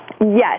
Yes